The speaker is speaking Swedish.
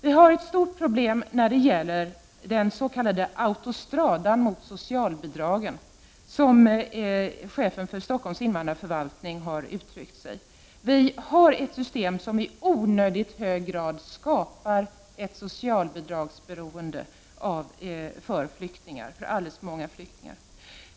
Vi har ett stort problem när det gäller den s.k. autostradan mot socialbidragen, som chefen för Stockholms invandrarförvaltning har uttryckt sig. Vi har ett system som i onödigt hög grad skapar ett socialbidragsberoende för alldeles för många flyktingar.